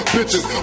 Bitches